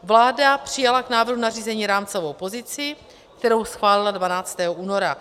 Vláda přijala k návrhu nařízení rámcovou pozici, kterou schválila 12. února.